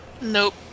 Nope